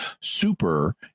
Super